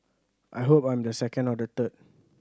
I hope I'm the second or the third